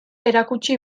erakutsi